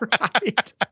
Right